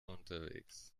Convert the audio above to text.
unterwegs